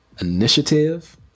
initiative